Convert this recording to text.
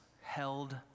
held